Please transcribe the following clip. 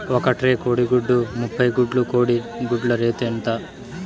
ఒక ట్రే కోడిగుడ్లు ముప్పై గుడ్లు కోడి గుడ్ల రేటు ఎంత?